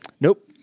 Nope